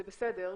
זה בסדר,